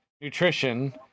nutrition